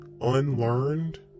unlearned